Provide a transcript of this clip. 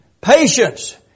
patience